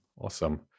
awesome